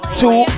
two